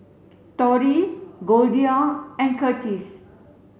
Tori Goldia and Kurtis